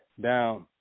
down